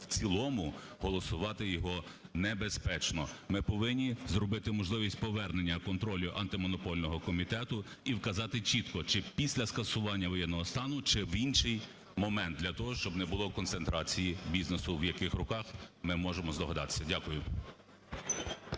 в цілому голосувати його небезпечно. Ми повинні зробити можливість повернення контролю Антимонопольного комітету і вказати чітко: чи після скасування воєнного, чи в інший момент – для того, щоб не було концентрації бізнесу, в яких руках ми можемо здогадатися. Дякую.